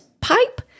pipe